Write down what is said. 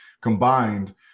combined